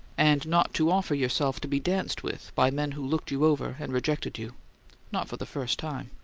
and not to offer yourself to be danced with by men who looked you over and rejected you not for the first time.